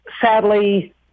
sadly